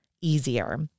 easier